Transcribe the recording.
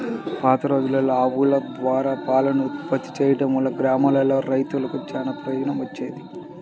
పాతరోజుల్లో ఆవుల ద్వారా పాలను ఉత్పత్తి చేయడం వల్ల గ్రామాల్లోని రైతులకు చానా ప్రయోజనం వచ్చేది